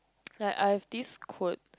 like I have this quote